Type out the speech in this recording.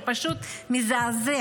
זה פשוט מזעזע.